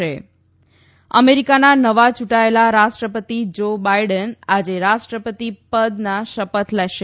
ઃ અમેરીકાના નવા ચુંટાયેલા રાષ્ટ્રપતિ જો બાઇડન આજે રાષ્ટ્રપતિ પદના શપથ લેશે